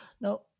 Now